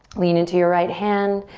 lean into your right hand.